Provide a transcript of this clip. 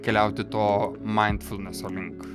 keliauti to maindfulneso link